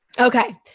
Okay